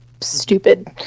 stupid